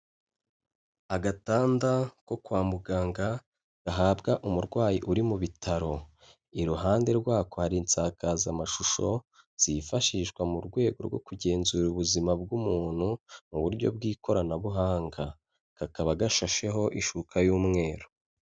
Agatanda ko kwa muganga gahabwa umurwayi uri mu bitaro, iruhande rwako hari insakazamashusho zifashishwa mu rwego rwo kugenzura ubuzima bw'umuntu mu buryo bw'ikoranabuhanga, kakaba gashasheho ishuka y'umweru.